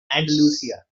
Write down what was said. andalusia